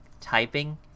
typing